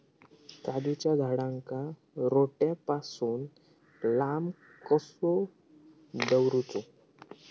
काजूच्या झाडांका रोट्या पासून लांब कसो दवरूचो?